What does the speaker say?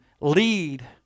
lead